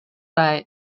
krai